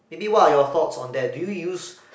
maybe what are your thoughts on that do you use